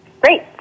great